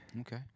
Okay